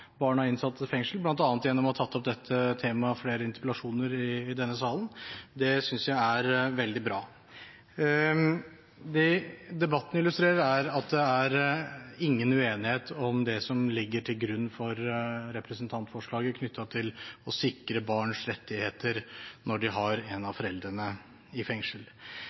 fengsel, bl.a. gjennom å ha tatt opp dette temaet i flere interpellasjoner i denne salen. Det synes jeg er veldig bra. Debatten illustrerer at det er ingen uenighet om det som ligger til grunn for representantforslaget knyttet til å sikre barns rettigheter når de har en av foreldrene i fengsel.